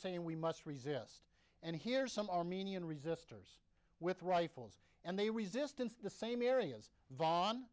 saying we must resist and here are some armenian resistors with rifles and they resistance the same areas vaughn